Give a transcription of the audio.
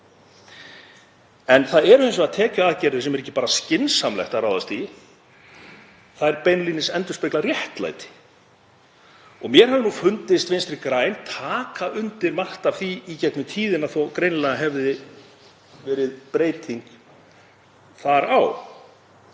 En það eru hins vegar tekjuaðgerðir sem er ekki bara skynsamlegt að ráðast í, þær endurspegla beinlínis réttlæti. Mér hefur fundist Vinstri græn taka undir margt af því í gegnum tíðina þó greinilega hafi orðið breyting þar á.